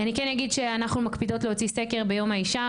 אני כן אגיד שאנחנו מקפידות להוציא סקר ביום האישה.